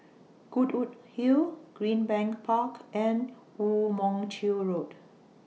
Goodwood Hill Greenbank Park and Woo Mon Chew Road